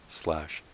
slash